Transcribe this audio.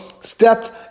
stepped